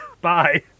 Bye